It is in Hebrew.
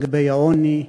לגבי העוני,